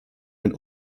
ein